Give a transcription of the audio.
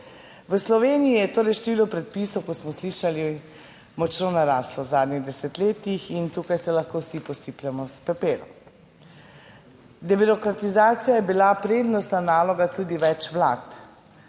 v Sloveniji je torej število predpisov, kot smo slišali. Močno naraslo v zadnjih desetletjih in tukaj se lahko vsi posipljemo s pepelom. Debirokratizacija je bila prednostna naloga tudi več vlad